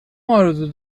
آرزوت